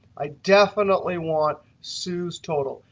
i definitely want sioux's total.